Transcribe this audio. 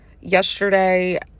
yesterday